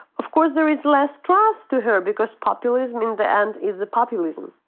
of course, there is less trust to her because populism in the end is the populism.